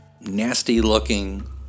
nasty-looking